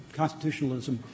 constitutionalism